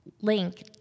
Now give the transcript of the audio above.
link